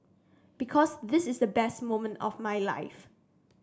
because this is the best moment of my life